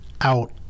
out